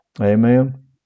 Amen